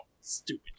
Stupid